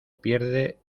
pierde